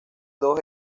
dos